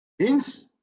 Hence